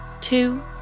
two